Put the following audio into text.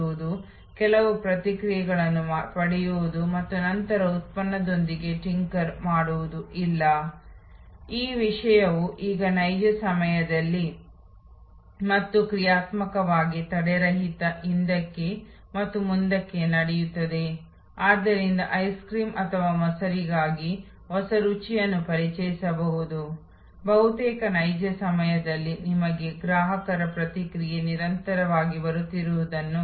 ಮೊದಲಿನಂತೆ ನಾವು ಸೇವಾ ವ್ಯವಸ್ಥೆ ಅಥವಾ ಉತ್ಪನ್ನ ಸೇವೆಯ ಸಮಗ್ರ ವ್ಯವಸ್ಥೆಯ ಬಗ್ಗೆ ಚರ್ಚಿಸಿದಾಗ ನಾವು ಈ ನೀಲಿ ನಕ್ಷೆಯನ್ನು